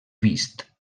vist